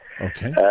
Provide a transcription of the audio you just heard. Okay